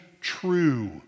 true